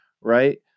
right